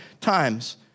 times